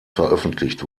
veröffentlicht